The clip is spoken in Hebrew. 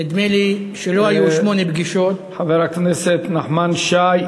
נדמה לי שלא היו שמונה פגישות חבר הכנסת נחמן שי,